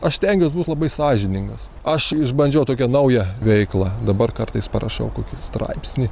aš stengiuos būt labai sąžiningas aš išbandžiau tokią naują veiklą dabar kartais parašau kokį straipsnį